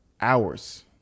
hours